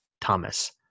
Thomas